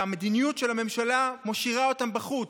והמדיניות של הממשלה משאירה אותם בחוץ.